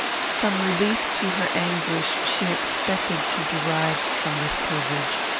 some relief to her anguish she expected to derive from this privilege.